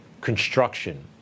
construction